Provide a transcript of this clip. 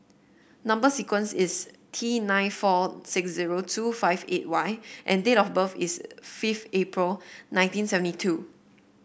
number sequence is T nine four six zero two five eight Y and date of birth is fifth April nineteen seventy two